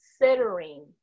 considering